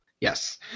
Yes